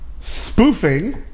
spoofing